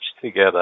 together